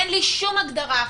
אין לי שום הגדרה אחרת.